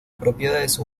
propiedades